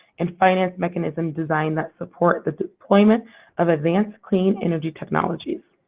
and finance mechanism design that support the deployment of advanced clean energy technologies.